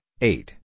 eight